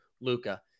Luca